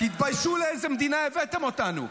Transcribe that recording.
תתביישו לאיזה מדינה הבאתם אותנו.